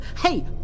Hey